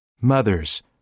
Mothers